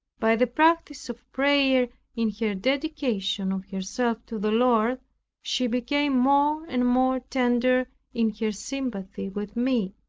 by the practice of prayer in her dedication of herself to the lord she became more and more tender in her sympathy with me.